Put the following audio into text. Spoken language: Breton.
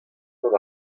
gant